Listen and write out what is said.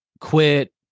quit